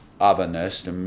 otherness